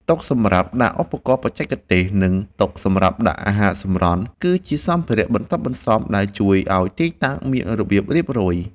តុសម្រាប់ដាក់ឧបករណ៍បច្ចេកទេស និងតុសម្រាប់ដាក់អាហារសម្រន់ ក៏ជាសម្ភារៈបន្ទាប់បន្សំដែលជួយឱ្យទីតាំងមានរបៀបរៀបរយ។